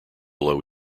low